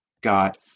got